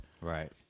Right